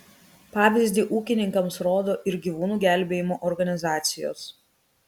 pavyzdį ūkininkams rodo ir gyvūnų gelbėjimo organizacijos